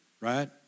right